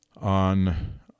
on